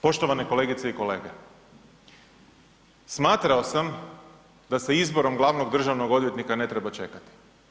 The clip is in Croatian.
Poštovane kolegice i kolege, smatrao sam da sa izborom glavnog državnog odvjetnika ne treba čekati.